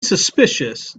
suspicious